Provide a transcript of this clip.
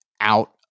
out